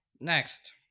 Next